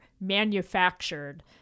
manufactured